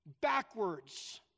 backwards